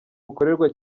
bukorerwa